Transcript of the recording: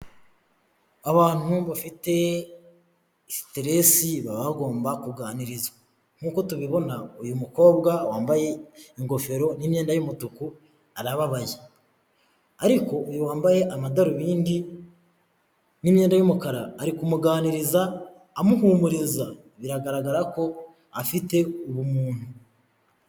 Abantu bafite siteresi baba bagomba kuganira, nk'uko tubibona uyu mukobwa wambaye ingofero n'imyenda y'umutuku arababaye, ariko uyu wambaye amadarubindi n'imyenda y'umukara ari kumuganiriza amuhumuriza biragaragara ko afite ubumuntu.